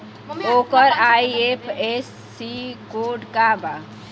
ओकर IFSC code का बा?